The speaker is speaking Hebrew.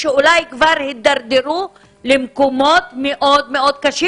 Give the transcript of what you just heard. שאולי כבר התדרדרו למקומות קשים מאוד מאוד,